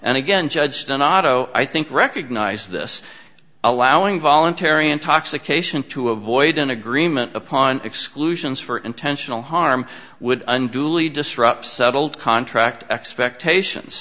and again judge stan otto i think recognize this allowing voluntary intoxication to avoid an agreement upon exclusions for intentional harm would unduly disrupt settled contract expectations